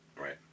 Right